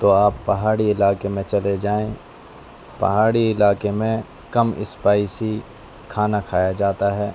تو آپ پہاڑی علاقے میں چلے جائیں پہاڑی علاقے میں کم اسپائسی کھانا کھایا جاتا ہے